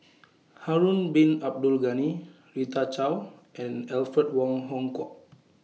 Harun Bin Abdul Ghani Rita Chao and Alfred Wong Hong Kwok